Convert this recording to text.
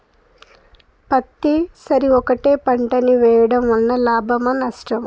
పత్తి సరి ఒకటే పంట ని వేయడం వలన లాభమా నష్టమా?